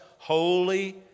Holy